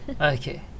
Okay